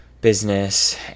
business